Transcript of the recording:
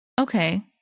Okay